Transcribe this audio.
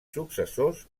successors